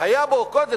היה בו קודם,